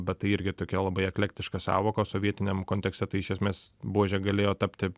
bet tai irgi tokia labai eklektiška sąvoka sovietiniam kontekste tai iš esmės buože galėjo tapti